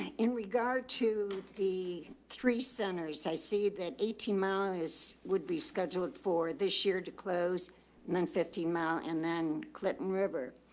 in regard to the three centers. i see that eighteen mylan is, would be scheduled for this year to close and then fifteen mile and then clinton river.